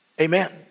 Amen